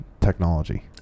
technology